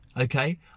Okay